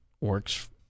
works